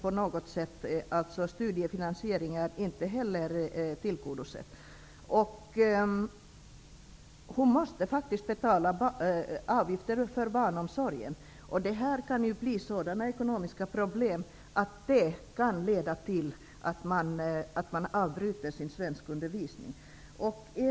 Studiefinansieringen är inte heller tillgodosedd. Hon måste faktiskt betala avgift för barnomsorg. Sådana ekonomiska problem kan leda till att man avbryter sina studier.